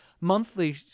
monthly